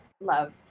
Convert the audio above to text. love